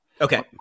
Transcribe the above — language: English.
Okay